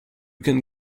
can